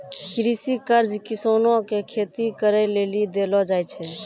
कृषि कर्ज किसानो के खेती करे लेली देलो जाय छै